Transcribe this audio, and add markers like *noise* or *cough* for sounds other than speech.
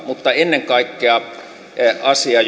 mutta ennen kaikkea asia *unintelligible*